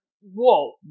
whoa